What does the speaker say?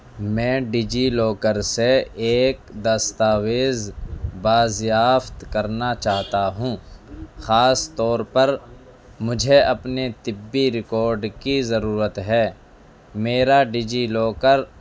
میں DigiLocker سے ایک دستاویز بازیافت کرنا چاہتا ہوں خاص طور پر مجھے اپنے طبی ریکاڈ کی ضرورت ہے میرا ڈیجی لاکر